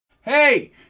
Hey